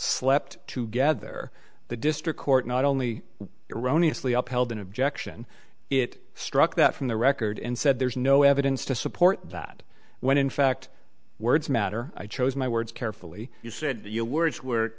slept to gether the district court not only eroni asli upheld in objection it struck that from the record and said there's no evidence to support that when in fact words matter i chose my words carefully you said your words were